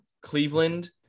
Cleveland